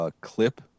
clip